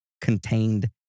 contained